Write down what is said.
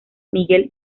miguel